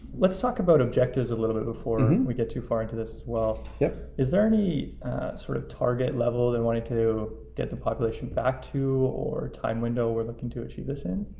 let's talk about objectives a little bit before we get too far into this as well. yep. is there any sort of target level and wanting to get the population back to or time window we're looking to achieve this in?